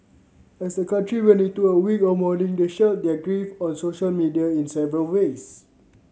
as the country went into a week of mourning they shared their grief on social media in several ways